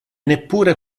neppure